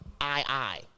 I-I